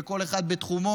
כל אחד בתחומו,